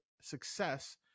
success